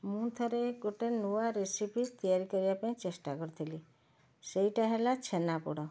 ମୁଁ ଥରେ ଗୋଟେ ନୂଆ ରେସିପି ତିଆରି କରିବା ପାଇଁ ଚେଷ୍ଟା କରିଥିଲି ସେଇଟା ହେଲା ଛେନାପୋଡ଼